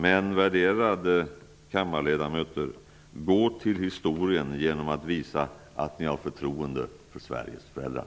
Men, värderade kammarledamöter, gå till historien genom att visa att ni har förtroende för Sveriges föräldrar!